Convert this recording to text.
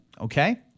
Okay